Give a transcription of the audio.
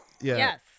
Yes